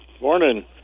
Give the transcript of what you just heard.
Morning